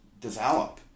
develop